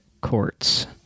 courts